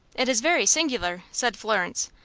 it is very singular, said florence,